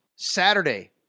Saturday